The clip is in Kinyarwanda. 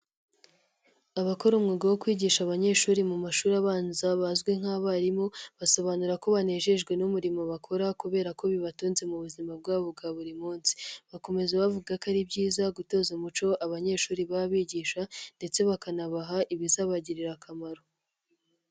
Abakora umwuga wo kwigisha abanyeshuri mu mashuri abanza bazwi nk'abarimu basobanura ko banejejwe n'umurimo bakora kubera ko bibatunze mu buzima bwabo bwa buri munsi, bakomeza bavuga ko ari byiza gutoza umuco abanyeshuri baba bigisha ndetse bakanabaha ibizabagirira akamaro.